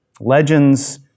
Legends